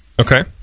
Okay